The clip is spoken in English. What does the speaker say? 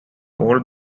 old